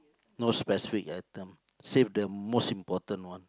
no specific item save the most important one